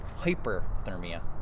hyperthermia